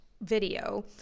video